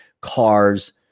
cars